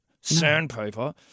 sandpaper